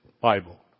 Bible